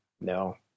No